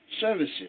services